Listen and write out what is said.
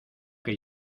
que